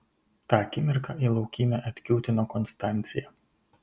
tą akimirką į laukymę atkiūtino konstancija